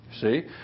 See